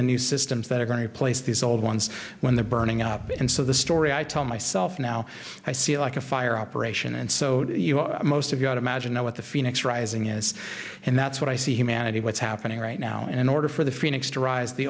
the new systems that are going to replace these old ones when they're burning up and so the story i tell myself now i see like a fire operation and so most of you out imagine know what the phoenix rising is and that's what i see humanity what's happening right now in order for the phoenix to rise the